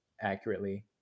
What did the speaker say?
accurately